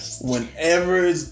whenever